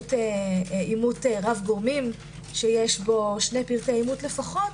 באמצעות אימות רב גורמים שיש בו שני פרטי אימות לפחות